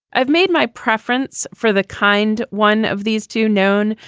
i've made my preference for the kind one of these two known.